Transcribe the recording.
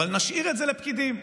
נשאיר את זה לפקידים.